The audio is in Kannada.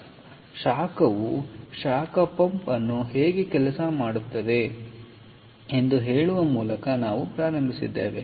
ಆದ್ದರಿಂದ ಶಾಖವು ಶಾಖ ಪಂಪ್ ಅನ್ನು ಹೇಗೆ ಕೆಲಸ ಮಾಡುತ್ತದೆ ಎಂದು ಹೇಳುವ ಮೂಲಕ ನಾವು ಪ್ರಾರಂಭಿಸಿದ್ದೇವೆ